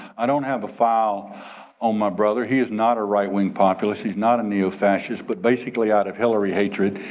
i don't have a file on my brother. he is not a right-wing populist, he's not a neo-fascist but basically, out of hillary hatred,